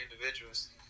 individuals